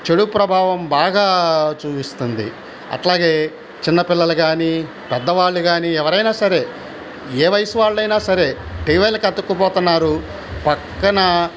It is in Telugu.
చెడు ప్రభావం బాగా చూయిస్తుంది అట్లాగే చిన్నపిల్లలు కాని పెద్దవాళ్లు కాని ఎవరైనా సరే ఏ వయసు వాళ్ళు అయినా సరే టీవీలకు అతుక్కుపోతున్నారు పక్కన